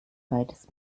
beides